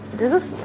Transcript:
this is